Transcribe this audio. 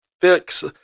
fix